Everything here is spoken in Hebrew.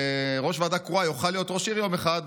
שראש ועדה קרואה יוכל להיות ראש עיר יום אחד,